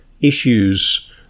issues